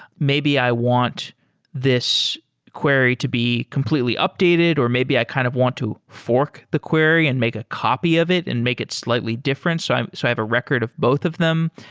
maybe i want this query to be completely updated or maybe i kind of want to fork the query and make a copy of it and make it slightly different. so so i have a record of both of them.